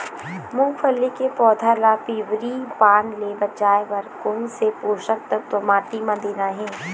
मुंगफली के पौधा ला पिवरी पान ले बचाए बर कोन से पोषक तत्व माटी म देना हे?